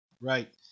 Right